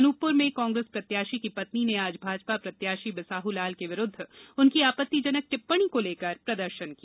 अनुपपुर में कांग्रेस प्रत्याशी की पत्नी ने आज भाजपा प्रत्याशी बिसाहूलाल के विरुद्ध उनकी आपत्तिजनक टिप्पणी को लेकर प्रदर्शन किया